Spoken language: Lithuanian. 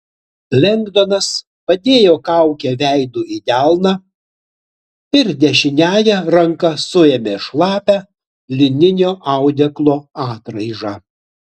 lengdonas padėjo kaukę veidu į delną ir dešiniąja ranka suėmė šlapią lininio audeklo atraižą